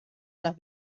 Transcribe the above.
las